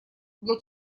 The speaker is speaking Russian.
для